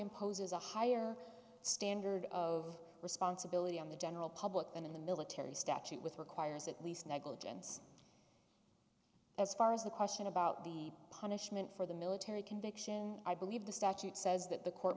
imposes a higher standard of responsibility on the general public than in the military statute with requires at least negligence as far as the question about the punishment for the military conviction i believe the statute says that the court